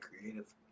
creative